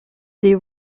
they